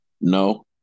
No